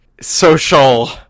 social